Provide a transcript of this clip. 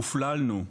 הופללנו,